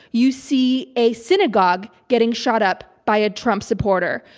you see a synagogue getting shot up by a trump supporter.